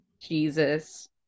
jesus